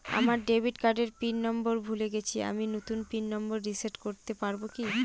আমার ডেবিট কার্ডের pin number ভুলে গেছি আমি নূতন পিন নম্বর রিসেট করতে পারবো কি?